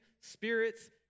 spirits